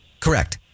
Correct